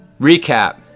Recap